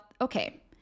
okay